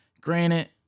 granted